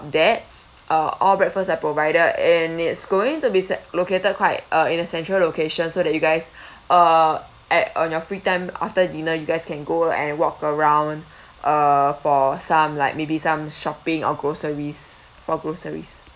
that uh all breakfast are provided and it's going to be s~ located quite uh in a central location so that you guys uh at on your free time after dinner you guys can go and walk around uh for some like maybe some shopping or groceries for groceries